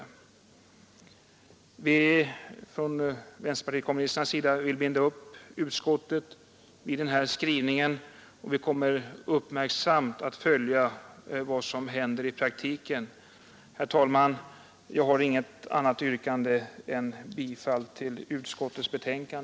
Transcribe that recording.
Vi inom vänsterpartiet kommunisterna vill binda utskottet vid denna skrivning och kommer uppmärksamt att följa vad som händer i praktiken. Herr talman! Jag har inget annat yrkande än om bifall till utskottets hemställan.